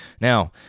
Now